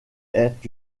est